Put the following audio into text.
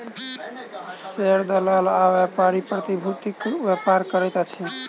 share दलाल आ व्यापारी प्रतिभूतिक व्यापार करैत अछि